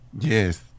Yes